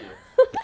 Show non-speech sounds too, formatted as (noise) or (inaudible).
(laughs)